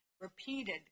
repeated